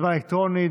הצבעה אלקטרונית.